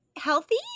healthy